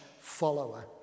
follower